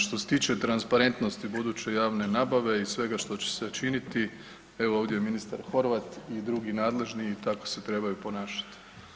Što se tiče transparentnosti buduće javne nabave i svega što će se činiti, evo ovdje je ministar Horvat i drugi nadležni i trebaju ponašati.